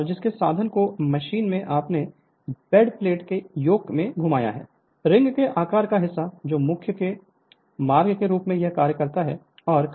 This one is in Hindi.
और जिसके साधन को मशीन ने अपने बेड प्लेट के योक में घुमाया है